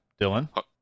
Dylan